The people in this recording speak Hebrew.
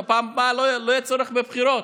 ובפעם הבאה לא יהיה צורך בבחירות.